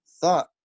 thought